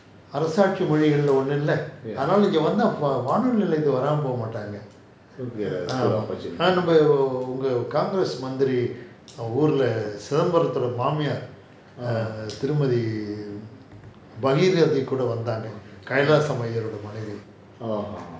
அரசு ஆட்சி மொழிகள்ல ஒன்னுல அதுனால இங்க வந்த வானொலி நிலயத்துக்கு வராம போ மாட்டாங்க அம்மா நம்ம ஒரு:arasu aatchi mozhigala onnula athunaala inga vantha vaanoli nilayathuku varaama po maataanga aama namma oru congress மந்திரி ஊருல:manthiri oorula chidambaram தோட மாமியார் திருமதி:thoda maamiyar thirumathi bagir revathi கூட வந்தாங்க:kuda vanthaanga kailaasam ஐயர் ஓட மனைவி:iyer ooda manaivi